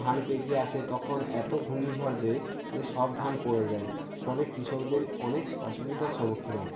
ধান পেকে আসে তখন এত ঘূর্ণি ঝড় দেয় যে সব ধান পড়ে যায় ফলে কৃষকদের অনেক অসুবিধার সম্মুখীন হয়